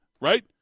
Right